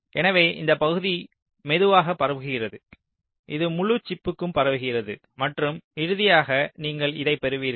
எனவே இந்த பகுதி மெதுவாக பரவுகிறது இது முழு சிப்க்கும் பரவுகிறது மற்றும் இறுதியாக நீங்கள் இதைப் பெறுவீர்கள்